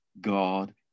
God